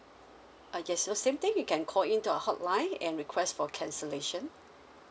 uh yes so same thing you can call in to our hotline and request for cancellation